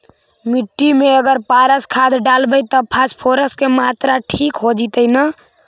मिट्टी में अगर पारस खाद डालबै त फास्फोरस के माऋआ ठिक हो जितै न?